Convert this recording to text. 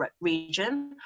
region